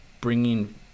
bringing